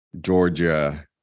Georgia